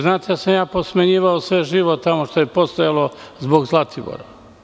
Znate da sam posmenjivao sve živo tamo što je postojalo zbog Zlatibora.